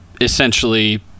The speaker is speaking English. essentially